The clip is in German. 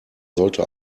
sollte